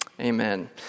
Amen